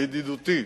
הידידותית,